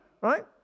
Right